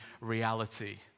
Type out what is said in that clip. reality